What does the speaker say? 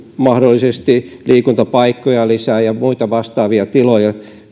mahdollisesti myöskin liikuntapaikkoja lisää ja muita vastaavia tiloja